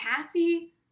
Cassie